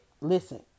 Listen